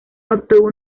obtuvo